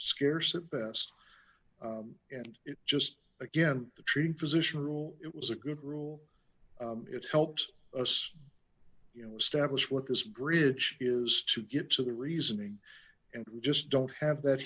scarce at best and it just again the treating physician rule it was a good rule it helped us you know establish what this bridge is to get to the reasoning and we just don't have that